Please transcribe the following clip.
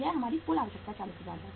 यह हमारी कुल आवश्यकता 40000 है